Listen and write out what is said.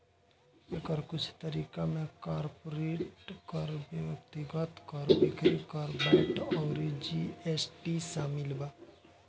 एकर कुछ तरीका में कॉर्पोरेट कर, व्यक्तिगत कर, बिक्री कर, वैट अउर जी.एस.टी शामिल बा